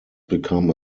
become